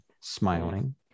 smiling